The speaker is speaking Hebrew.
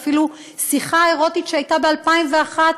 אפילו שיחה ארוטית שהייתה ב-2001,